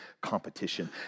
competition